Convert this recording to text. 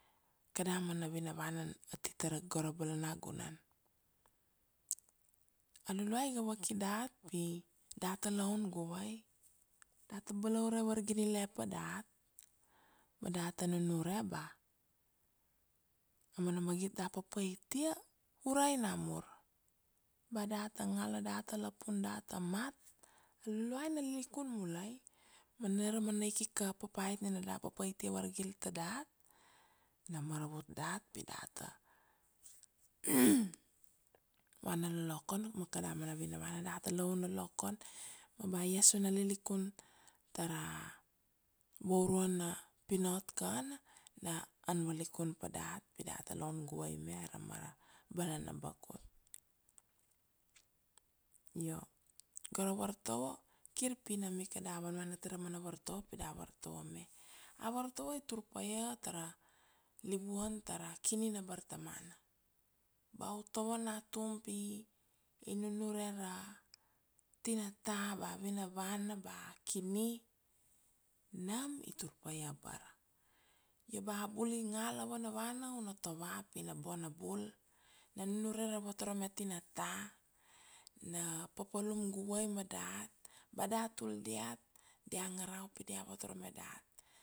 Kada mana vinana vana ati tara gora balanagunan, a luluai iga vaki dat pi dat ta loun guvei, dat ta balaure var gile pa dat, ma dat ta nunure ba amana magit dat papait ia urai namur, ba dat ta ngala dat ta lapun dat ta mat lulua na lilikun mulai, mana ra mana ikik papait nina dat ta papait ta vargil ta dat, na maravut dat pi dat ta vana lolokon ma kada ma vinavana dat ta loun a lokon, ma ba iesu na lilikun tara voura na pinat kana, na an valikun pa dat pi dat ta loun guvei me ara mara bala na bakut, io gora vartovo kir pinam ika da vana vana ta mana vartovo pi da vartovo me, a vartovo i tur paia tara livuan tara kini na bartarmana, ba u tova natum pi i nunure ra tinata ba vinavana ba kini nam, i tur paia bara, io ba bul ingala vanavana una tova pi na boina bul, na nunure na votorome tinata, na papalum guvei madat, ba dat tul diat dia ngarau pi dia votorome dat